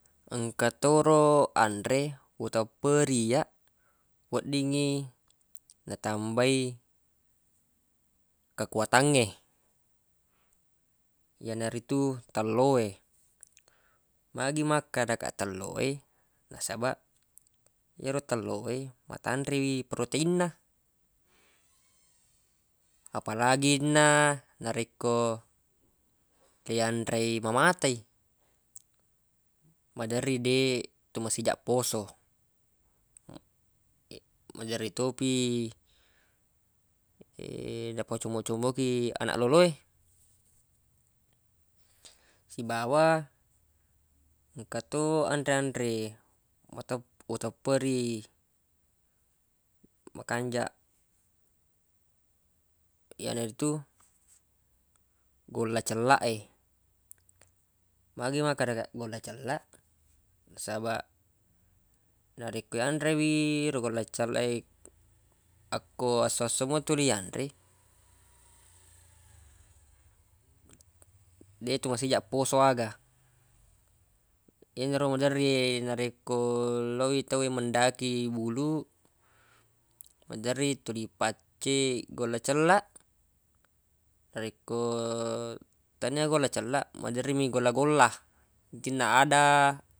Engka to ro anre utepperi iyya weddingngi na tambai kekuatan e yanaritu tello e magi makkadakaq tello e nasabaq yero tello e matanre wi peroteinna apalaginna narekko le yanre mamata i maderri deq tomasiga poso maderri topi napacommo-commo ki anaq lolo esibawa engka to anre-anre matep- utepperi makanjaq yanaritu golla cellaq e magi makkada kaq golla cellaq nasabaq narekko yanrei ero golla cellaq e akko essso-esso mua tuli yanrei deq to masiga poso aga yenaro maderri narekko lowwi tawwe mendaki bulu maderri tuli pacce golla cellaq narekko tannia golla cellaq maderri mi golla-golla intinna ada.